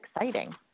exciting